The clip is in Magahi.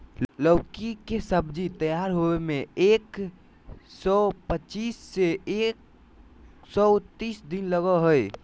लौकी के सब्जी तैयार होबे में एक सौ पचीस से एक सौ तीस दिन लगा हइ